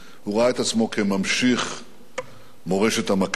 הוא ראה את עצמו כממשיך מורשת המכבים.